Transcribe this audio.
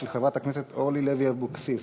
של חברת הכנסת אורלי לוי אבקסיס,